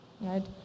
Right